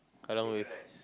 Kallang Wave